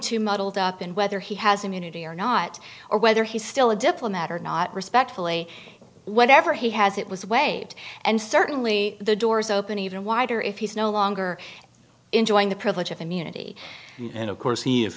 too muddled up in whether he has immunity or not or whether he's still a diplomat or not respectfully whatever he has it was waived and certainly the doors open even wider if he's no longer enjoying the privilege of immunity and of course he if